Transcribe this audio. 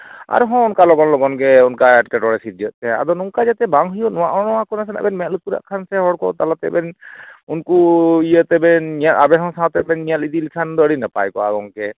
ᱟᱨᱦᱚᱸ ᱚᱱᱠᱟ ᱞᱚᱜᱚᱱ ᱞᱚᱜᱚᱱ ᱜᱮ ᱚᱱᱠᱟ ᱮᱴᱠᱮᱴᱚᱬᱮ ᱥᱤᱨᱡᱟᱹᱜ ᱛᱮ ᱟᱫᱚ ᱱᱚᱝᱠᱟ ᱡᱟᱛᱮ ᱵᱟᱝ ᱦᱩᱭᱩᱜ ᱱᱚᱜᱼᱚ ᱱᱚᱣᱟ ᱱᱟᱥᱮᱱᱟᱜ ᱵᱮᱱ ᱢᱮᱸᱫ ᱞᱩᱛᱩᱨᱟᱜ ᱠᱷᱟᱱ ᱥᱮ ᱦᱚᱲ ᱠᱚ ᱛᱟᱞᱟ ᱛᱮᱵᱮᱱ ᱩᱱᱠᱩ ᱤᱭᱟᱹ ᱛᱮᱵᱮᱱ ᱟᱵᱮᱱ ᱦᱚᱸ ᱥᱟᱶᱛᱮ ᱵᱮᱱ ᱧᱮᱞ ᱤᱫᱤ ᱞᱮᱠᱷᱟᱱ ᱫᱚ ᱟᱹᱰᱤ ᱱᱟᱯᱟᱭ ᱠᱚᱜᱼᱟ ᱜᱚᱝᱠᱮ